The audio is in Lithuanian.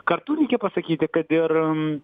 kartu reikia pasakyti kad ir